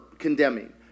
Condemning